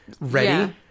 ready